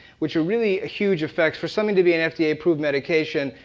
which are really huge effects. for something to be an fda approved medication,